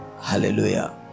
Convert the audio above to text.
Hallelujah